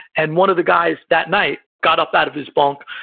and one of the guys that night got up out of his bunk,